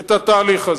את התהליך הזה.